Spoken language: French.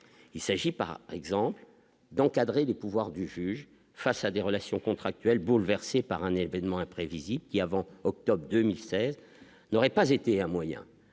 il s'agit, par exemple dans cadrer les pouvoirs du juge face à des relations contractuelles bouleversé par un événement imprévisible qui avant octobre 2016 l'aurait pas été un moyen